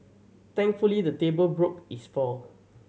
thankfully the table broke his fall